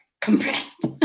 compressed